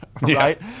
right